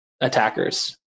attackers